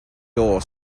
door